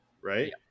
right